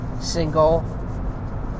single